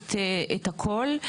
את הכל,